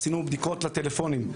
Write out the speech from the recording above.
עשינו בדיקות לטלפונים,